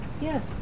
Yes